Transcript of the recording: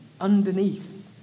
underneath